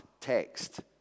text